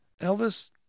Elvis